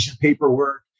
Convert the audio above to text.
paperwork